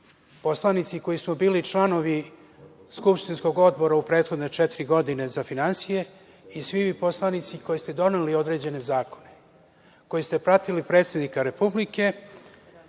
poslanici koji smo bili članovi skupštinskog odbora u prethodne četiri godine za finansije i svi vi poslanici koji ste doneli određene zakone, koji ste pratili predsednika Republike